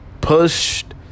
pushed